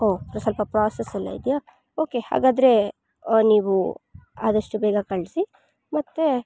ಓಹ್ ಸ್ವಲ್ಪ ಪ್ರಾಸೆಸ್ಸೆಲ್ಲಾಯಿದ್ಯಾ ಓಕೆ ಹಾಗಾದರೆ ನೀವು ಆದಷ್ಟು ಬೇಗ ಕಳಿಸಿ ಮತ್ತು